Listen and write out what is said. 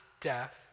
death